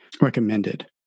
recommended